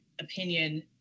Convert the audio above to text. opinion